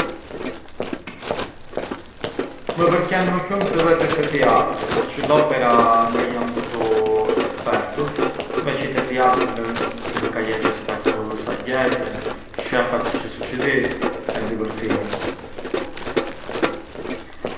Tek e diellja na njeri zë fill e tek e diellja na njeri sos, tek e diellja krset dielli e të ngroh, e tek e diellja si sos mesha vemi e ham e të mbilljëm u pranxu ham kanollin e dopu marrjëm kafeun e dopu shtronemi te divani e flëmë pes minute, pran zgjonemi versu i çinku di pomeriggiu e thua: mi e çë ju qëllova? Oh u qëllove.